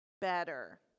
better